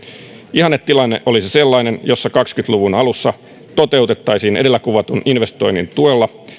ihannetilanne olisi sellainen jossa kaksikymmentä luvun alussa toteutettaisiin edellä kuvatun investoinnin tuella